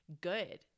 good